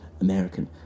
American